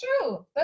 true